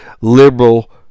liberal